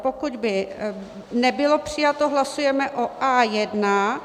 Pokud by nebylo přijato, hlasujeme o A1.